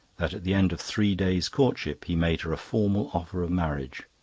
that at the end of three days' courtship he made her a formal offer of marriage,